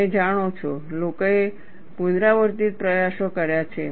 તમે જાણો છો લોકોએ પુનરાવર્તિત પ્રયાસો કર્યા છે